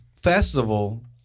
festival